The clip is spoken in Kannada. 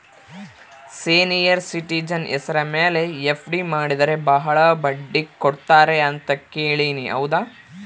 ಸೇನಿಯರ್ ಸಿಟಿಜನ್ ಹೆಸರ ಮೇಲೆ ಎಫ್.ಡಿ ಮಾಡಿದರೆ ಬಹಳ ಬಡ್ಡಿ ಕೊಡ್ತಾರೆ ಅಂತಾ ಕೇಳಿನಿ ಹೌದಾ?